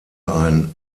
ein